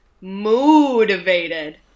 motivated